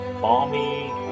balmy